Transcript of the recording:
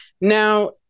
now